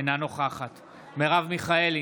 אינה נוכחת מרב מיכאלי,